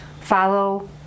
follow